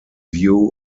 view